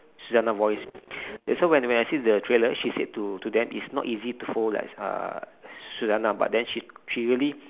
suzzanna voice so when when I see the trailer she said to to them it's not easy to follow uh suzzanna but then she she really